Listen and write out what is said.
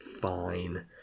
fine